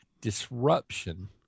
disruption